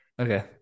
Okay